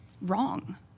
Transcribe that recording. wrong